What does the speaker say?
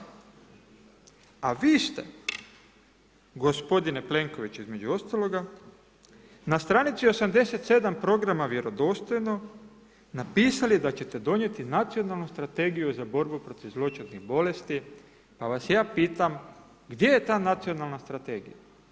A vi ste gospodine Plenkoviću između ostaloga na stranici 87 programa vjerodostojno napisali da ćete donijeti nacionalnu strategiju za borbu protiv zloćudnih bolesti pa vas ja pitam gdje je ta nacionalna strategija?